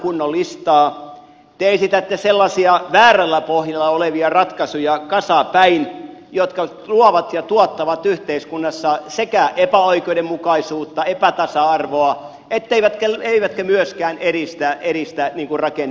te esitätte sellaisia väärällä pohjalla olevia ratkaisuja kasapäin jotka tuovat ja tuottavat yhteiskunnassa epäoikeudenmukaisuutta epätasa arvoa eivätkä myöskään edistä rakenneuudistuksia